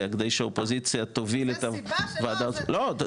כדי שהאופוזיציה תוביל --- זאת הסיבה --- טלי,